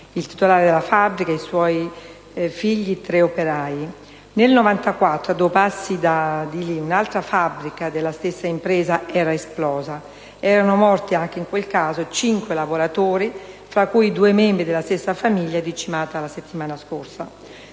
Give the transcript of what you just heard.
il titolare della fabbrica, i suoi figli, tre operai. Nel 1994, a due passi da lì, un'altra fabbrica della stessa impresa era esplosa ed erano morti anche in quel caso cinque lavoratori, fra cui due membri della stessa famiglia decimata la settimana scorsa.